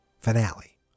finale